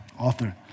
Author